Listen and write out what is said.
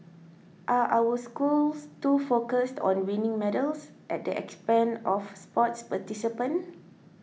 are our schools too focused on winning medals at the expense of sports participation